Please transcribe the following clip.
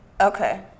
Okay